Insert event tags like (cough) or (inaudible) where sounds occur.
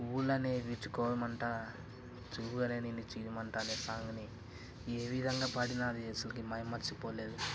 పువ్వులనే విచ్చుకోవడం అంట (unintelligible) నిన్ను చేరమంట అనే సాంగ్ని ఏ విధంగా పాడిన అది అసలకి మైమర్చిపోలేదు